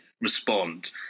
respond